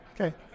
Okay